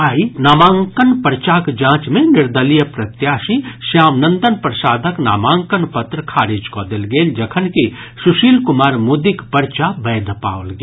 आइ नामांकन पर्चाक जांच मे निर्दलीय प्रत्याशी श्याम नंदन प्रसादक नामांकन पत्र खारिज कऽ देल गेल जखनकि सुशील कुमार मोदीक पर्चा वैध पाओल गेल